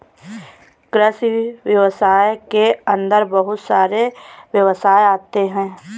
कृषि व्यवसाय के अंदर बहुत सारे व्यवसाय आते है